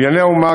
"בנייני האומה",